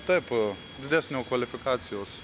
taip didesnio kvalifikacijos